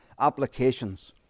applications